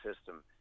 system